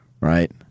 right